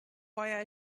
why